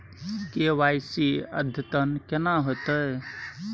KYC अद्यतन केना होतै?